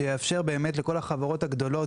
שיאפשר לכל החברות הגדולות,